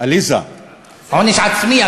עונש עצמי,